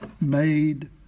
made